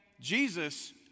Jesus